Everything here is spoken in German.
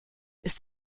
ist